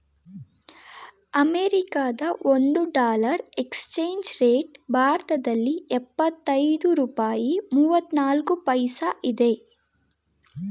ಅಮೆರಿಕದ ಒಂದು dollar exchange rate ಭಾರತದಲ್ಲಿ ಎಪ್ಪತ್ತೈದು ರೂಪಾಯಿ ಮೂವ್ನಾಲ್ಕು ಪೈಸಾ ಇದೆ